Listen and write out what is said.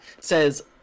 says